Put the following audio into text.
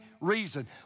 reason